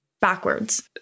backwards